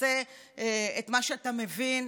תעשה את מה שאתה מבין,